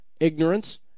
Ignorance